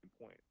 point